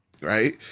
right